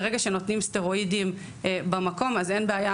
ברגע שנותנים סטרואידים במקום אז אין בעיה,